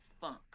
funk